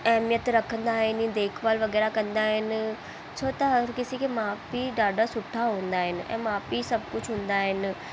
अहमियत रखंदा आहिनि देखभाल वग़ैरह कंदा आहिनि छो त हर किसी के माउ पीउ ॾाढा सुठा हूंदा आहिनि ऐं माउ पीउ सभु कुझु हूंदा आहिनि